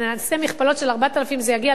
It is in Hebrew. נעשה מכפלות של 4,000,